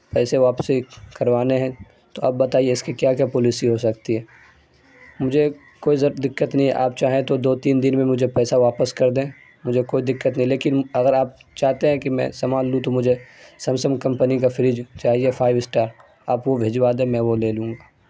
پیسے واپسی کروانے ہیں تو آپ بتائیے اس کی کیا کیا پولوسی ہو سکتی ہے مجھے کوئی دقت نہیں ہے آپ چاہیں تو دو تین دن میں مجھے پیسہ واپس کر دیں مجھے کوئی دقت نہیں لیکن اگر آپ چاہتے ہیں کہ میں سامان لوں تو مجھے سمسنگ کمپنی کا فریج چاہیے فائیو اسٹار آپ وہ بھجوا دیں میں وہ لے لوں گا